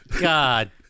God